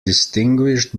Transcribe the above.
distinguished